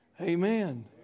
Amen